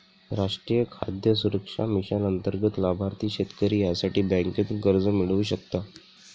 राष्ट्रीय खाद्य सुरक्षा मिशन अंतर्गत लाभार्थी शेतकरी यासाठी बँकेतून कर्ज मिळवू शकता